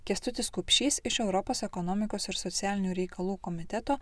kęstutis kupšys iš europos ekonomikos ir socialinių reikalų komiteto